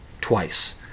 twice